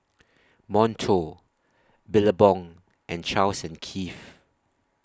Monto Billabong and Charles and Keith